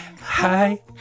Hi